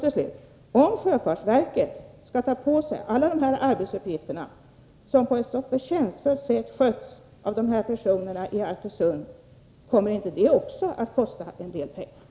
Till slut: Om sjöfartsverket skall ta på sig dessa arbetsuppgifter, som på ett så förtjänstfullt sätt sköts av dessa personer i Arkösund, kommer inte det också att kosta en del pengar?